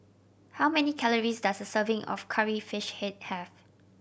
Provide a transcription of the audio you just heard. how many calories does a serving of Curry Fish Head have